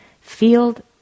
field